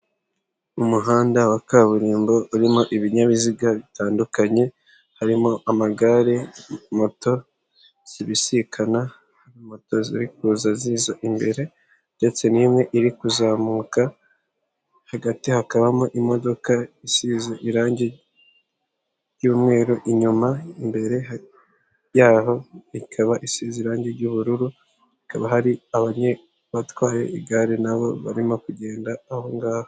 Umuhanda wa kaburimbo urimo ibinyabiziga bitandukanye harimo amagare moto zibisikana, moto ziri kuza ziza imbere ndetse n'imwe iri kuzamuka, hagati hakabamo imodoka isize irangi ry'umweru inyuma imbere yaho ikaba isize irangi ry'ubururu. Rikaba hari batwaye igare nabo barimo kugenda aho ngaho.